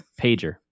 pager